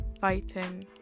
fighting